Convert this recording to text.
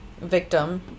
victim